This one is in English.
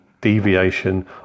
deviation